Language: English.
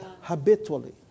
Habitually